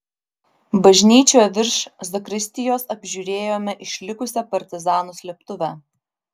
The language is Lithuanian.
bažnyčioje virš zakristijos apžiūrėjome išlikusią partizanų slėptuvę